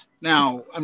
Now